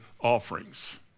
offerings